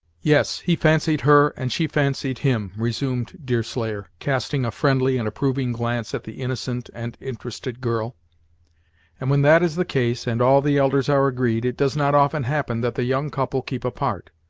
yes, he fancied her, and she fancied him, resumed deerslayer, casting a friendly and approving glance at the innocent and interested girl and when that is the case, and all the elders are agreed, it does not often happen that the young couple keep apart.